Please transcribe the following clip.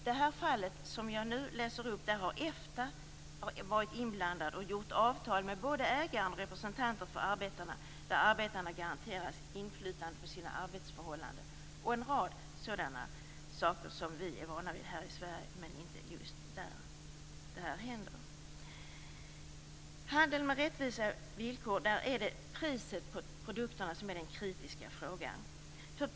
I det här fallet har Efta ingått avtal med både ägaren och representanter för arbetarna, och arbetarna har garanterats inflytande över sina arbetsförhållanden och en rad saker som vi är vana vid här i Sverige men som man inte är van vid där. Vid handel med rättvisa villkor är priset på produkterna den kritiska frågan.